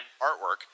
artwork